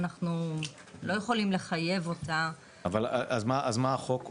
אנחנו לא יכולים לחייב אותה --- אז מה החוק?